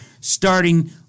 starting